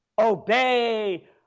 Obey